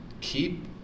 keep